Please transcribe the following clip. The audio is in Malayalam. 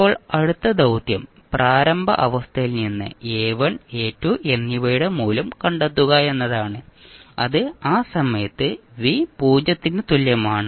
ഇപ്പോൾ അടുത്ത ദൌത്യം പ്രാരംഭ അവസ്ഥയിൽ നിന്ന് എ 1 എ 2 എന്നിവയുടെ മൂല്യം കണ്ടെത്തുക എന്നതാണ് അത് ആ സമയത്ത് V 0 ന് തുല്യമാണ്